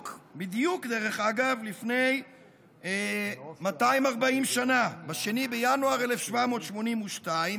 בדיוק, דרך אגב, לפני 240 שנה, ב-2 בינואר 1782,